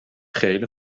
خیلی